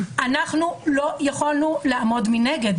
אנחנו לא יכולנו לעמוד מנגד,